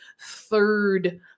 third